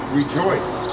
rejoice